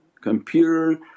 computer